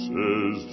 Says